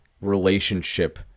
relationship